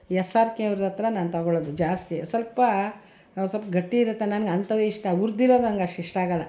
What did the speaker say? S R K ಅವ್ರ ಹತ್ರ ನಾನು ತೊಗೊಳ್ಳೋದು ಜಾಸ್ತಿ ಸ್ವಲ್ಪ ಸ್ವಲ್ಪ ಗಟ್ಟಿ ಇರುತ್ತೆ ನಂಗೆ ಅಂಥವೇ ಇಷ್ಟ ಹುರ್ದಿರೋದು ನಂಗೆ ಅಷ್ಟು ಇಷ್ಟ ಆಗೋಲ್ಲ